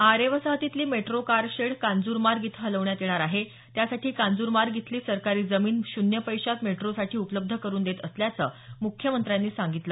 आरे वसाहतीतली metro car shed Kanjurmarg इथं हलवण्यात येणार आहे त्यासाठी कांजूरमार्ग इथली सरकारी जमीन शून्य पैशात मेट्रोसाठी उपलब्ध करून देत असल्याचं मुख्यमंत्र्यांनी सांगितलं